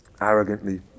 arrogantly